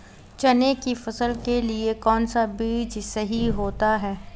चने की फसल के लिए कौनसा बीज सही होता है?